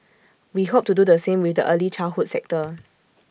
we hope to do the same with the early childhood sector